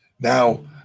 Now